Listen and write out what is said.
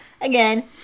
again